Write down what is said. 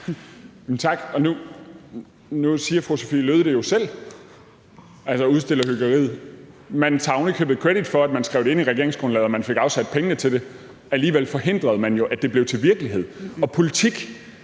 Tak. Nu siger fru Sophie Løhde det jo selv – altså hun udstiller hykleriet. Man tager ovenikøbet kredit for, at man skrev det ind i regeringsgrundlaget og man fik afsat pengene til det. Alligevel forhindrede man, at det blev til virkelighed. Og politik